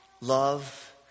love